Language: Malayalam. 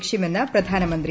ലക്ഷ്യമെന്ന് പ്രധാനമന്ത്രി